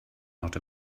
not